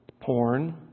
porn